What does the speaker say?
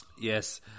Yes